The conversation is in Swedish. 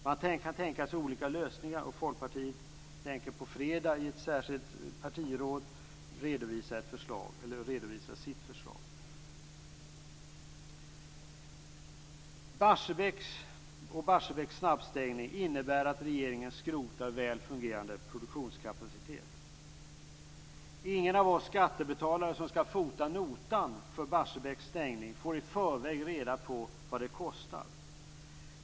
Man kan tänka sig olika lösningar, och Folkpartiet tänker på fredag i ett särskilt partiråd redovisa sitt förslag. Barsebäcks snabbstängning innebär att regeringen skrotar väl fungerande produktionskapacitet. Ingen av oss skattebetalare som skall fota notan för Barsebäcks stängning får i förväg reda på vad det kostar.